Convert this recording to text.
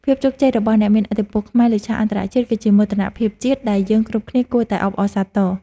ភាពជោគជ័យរបស់អ្នកមានឥទ្ធិពលខ្មែរលើឆាកអន្តរជាតិគឺជាមោទនភាពជាតិដែលយើងគ្រប់គ្នាគួរតែអបអរសាទរ។